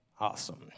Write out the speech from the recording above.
Awesome